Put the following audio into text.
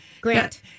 Grant